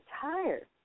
tired